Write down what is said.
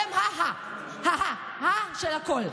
אתם ה- ה- ה- של הכול.